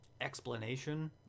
explanation